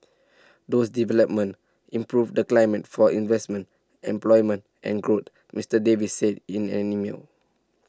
those developments improve the climate for investment employment and growth Mister Davis said in an email